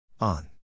On